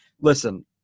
Listen